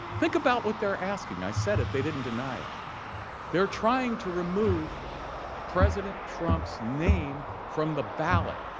think about what they are asking. i said it. they didn't deny it and they are trying to remove president trump's name from the ballot.